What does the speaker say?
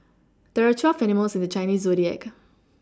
there are twelve animals in the Chinese zodiac